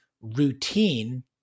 routine